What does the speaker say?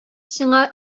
сиңа